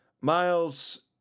Miles